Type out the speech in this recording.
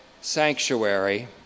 sanctuary